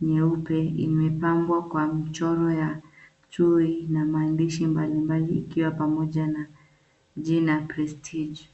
nyeupe imepangwa kwa mchoro ya chui na maandishi mbalimbali ikiwa pamoja na jina, prestige.